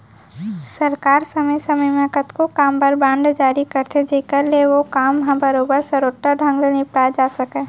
सरकार समे समे म कतको काम बर बांड जारी करथे जेकर ले ओ काम ह बरोबर सरोत्तर ढंग ले निपटाए जा सकय